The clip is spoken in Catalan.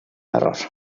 error